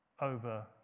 over